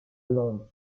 londres